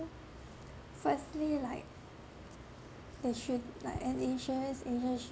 firstly like they should like an insurance agent